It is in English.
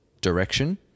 direction